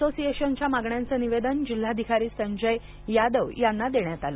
असोसिएशनच्या मागण्यांचे निवेदन जिल्हाधिकारी संजय यादव यांना देण्यात आले